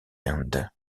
ends